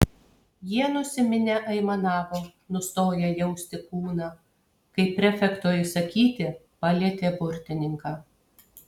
jie nusiminę aimanavo nustoję jausti kūną kai prefekto įsakyti palietė burtininką